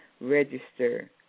register